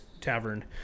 tavern